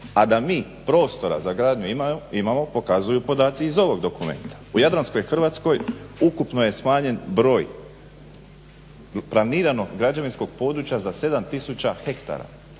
A da mi prostora za gradnju imamo pokazuju podaci iz ovog dokumenta. U Jadranskoj Hrvatskoj ukupno je smanjen broj, planiranog građevinskog područja za 7 tisuća hektara,